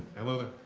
hello.